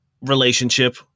relationship